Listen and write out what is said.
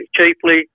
cheaply